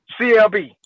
CLB